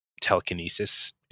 telekinesis